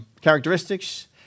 characteristics